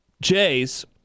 Jays